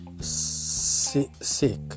sick